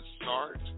start